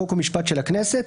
חוק ומשפט של הכנסת,